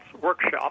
workshop